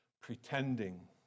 pretending